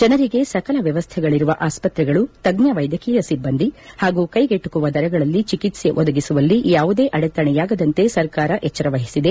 ಜನರಿಗೆ ಸಕಲ ವ್ಯವಸ್ಥೆಗಳರುವ ಆಸ್ತ್ರೆಗಳು ತಜ್ಜ ವೈದ್ಯಕೀಯ ಸಿಬ್ಬಂದಿ ಹಾಗೂ ಕೈಗೆಟಕುವ ದರಗಳಲ್ಲಿ ಚಿಕಿತ್ಸೆ ಒದಗಿಸುವಲ್ಲಿ ಯಾವುದೇ ಅಡೆತಡೆಯಾಗದಂತೆ ಸರ್ಕಾರ ಎಚ್ಚರ ವಹಿಸಿದೆ